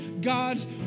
God's